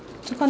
so